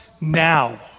now